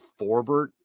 Forbert